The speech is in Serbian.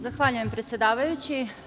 Zahvaljujem, predsedavajući.